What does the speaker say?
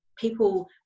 people